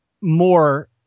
more